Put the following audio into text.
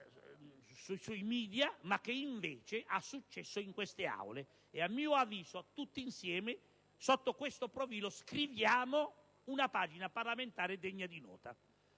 sui *media,* ma che invece ha successo in queste Aule e, a mio avviso, tutti insieme, sotto questo profilo, scriviamo una pagina parlamentare degna di nota.